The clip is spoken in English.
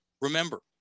Remember